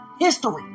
History